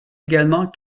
également